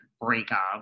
breakup